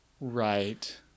Right